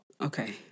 Okay